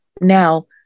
now